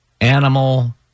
animal